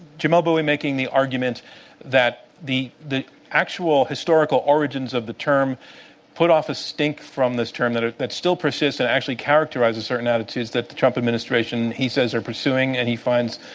jamelle bouie making the argument that the actual actual historical origins of the term put off a stink from this term that that still persists and actually characterizes certain attitudes that the trump administration, he says, are pursuing and he finds